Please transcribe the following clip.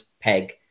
peg